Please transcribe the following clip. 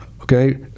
Okay